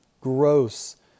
gross